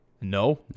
No